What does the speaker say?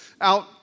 out